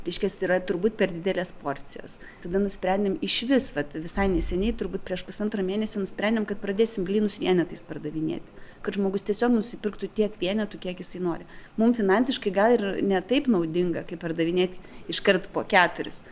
reiškias yra turbūt per didelės porcijos tada nusprendėm išvis vat visai neseniai turbūt prieš pusantro mėnesio nusprendėm kad pradėsim blynus vienetais pardavinėti kad žmogus tiesiog nusipirktų tiek vienetų kiek jisai nori mum finansiškai gal ir ne taip naudinga kaip pardavinėti iškart po keturis